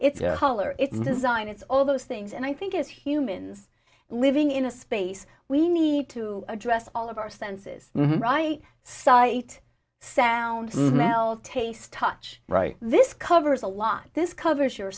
color its design it's all those things and i think as humans living in a space we need to address all of our senses right sight sound nels taste touch right this covers a lot this covers your